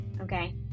okay